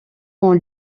ont